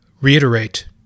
reiterate